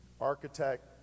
Architect